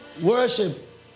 worship